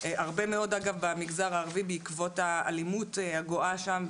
הרבה מאוד במגזר הערבי בעקבות האלימות הגואה שם,